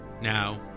now